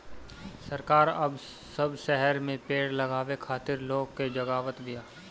सरकार अब सब शहर में पेड़ लगावे खातिर लोग के जगावत बिया